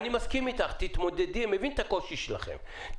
אני מסכים איתך, אני מבין את הקושי שלכם.